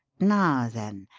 now, then.